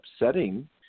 upsetting